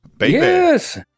Yes